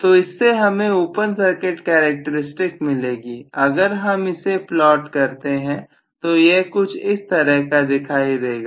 तो इससे हमें ओपन सर्किट कैरेक्टरिस्टिक मिलेगी अगर हम इसे प्लॉट करते हैं तो यह कुछ इस तरह का दिखाई देगा